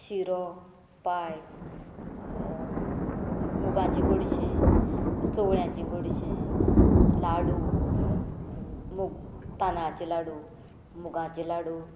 शिरो पायस मुगांचें गोडशें चवळ्यांचें गोडशें लाडूल मूग तांदळाचे लाडू मुगांचे लाडू